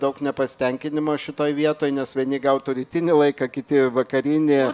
daug nepasitenkinimo šitoj vietoj nes vieni gautų rytinį laiką kiti vakarinį